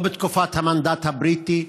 לא בתקופת המנדט הבריטי,